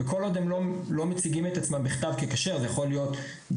וכל עוד הם לא מציגים את עצמם בכתב ככשר זה יכול להיות בפרסום,